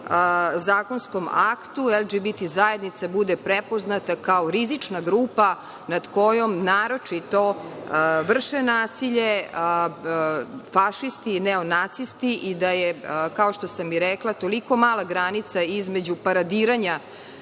zakonskom aktu LGBT zajednica bude prepoznata kao rizična grupa nad kojom, naročito vrše nasilje fašisti, neonacisti i da je, kao što sam i rekla toliko mala granica između paradiranja